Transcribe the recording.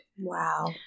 Wow